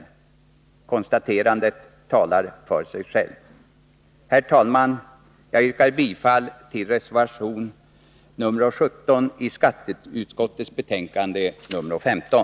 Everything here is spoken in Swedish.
Konstaterandet talar för sig självt. Herr talman! Jag yrkar bifall till reservation nr 17 vid skatteutskottets betänkande nr 15.